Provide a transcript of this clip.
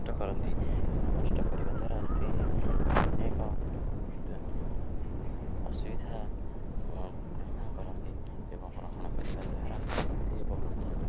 କଷ୍ଟ କରନ୍ତି ଏବଂ କଷ୍ଟ କରିବା ଦ୍ୱାରା ସେ ଅନେକ ଅସୁବିଧା ଗ୍ରହଣ କରନ୍ତି ଏବଂ ଗ୍ରହଣ କରିବା ଦ୍ୱାରା ସେ ବହୁତ